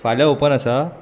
फाल्यां ओपन आसा